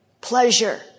pleasure